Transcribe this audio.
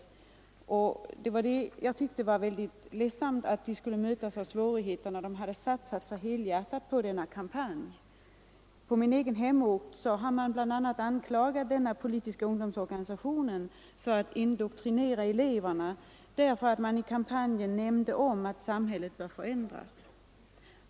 Jag tyckte det var mycket ledsamt att ungdomarna i denna organisation skulle möta sådana svårigheter, när de hade satsat så helhjärtat på denna kampanj. På min egen hemort har man anklagat denna politiska ungdomsorganisation för att bl.a. indoktrinera eleverna, därför att den i kampanjen omnämnde att samhället bör förändras.